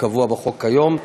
כקבוע בחוק היום,